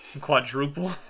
Quadruple